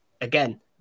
again